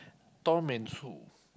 Tom and Sue